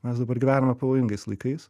mes dabar gyvename pavojingais laikais